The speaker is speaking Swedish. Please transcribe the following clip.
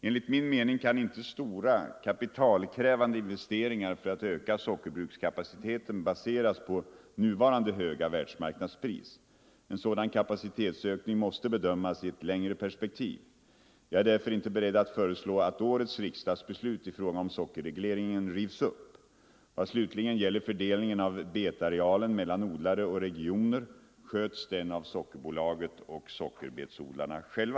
Enligt min mening kan inte stora kapitalkrävande investeringar för att öka sockerbrukskapaciteten baseras på nuvarande höga världsmarknadspris. En sådan kapacitetsökning måste bedömas i ett längre perspektiv. Jag är därför inte beredd att föreslå att årets riksdagsbeslut i fråga om sockerregleringen rivs upp. Vad slutligen gäller fördelningen av betarealen mellan odlare och regioner sköts den av Sockerbolaget och sockerbetsodlarna själva.